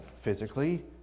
physically